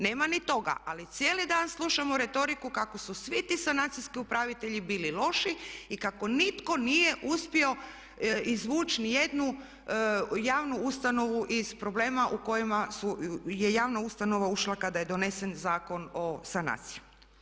Nema ni toga ali cijeli dan slušamo retoriku kako su svi ti sanacijski upravitelji bili loši i kako nitko nije uspio izvući niti jednu javnu ustanovu iz problema u kojima je javna ustanova ušla kada je donesen Zakon o sanaciji.